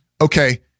Okay